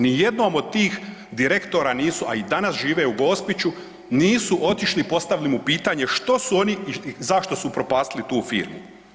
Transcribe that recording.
Ni jednom od tih direktora nisu, a i danas žive u Gospiću nisu otišli postavili mu pitanje što su oni i zašto su upropastili tu firmu.